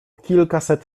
kilkaset